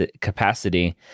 capacity